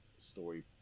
story